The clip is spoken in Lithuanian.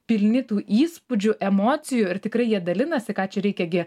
pilni tų įspūdžių emocijų ir tikrai jie dalinasi ką čia reikia gi